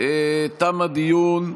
תם הדיון,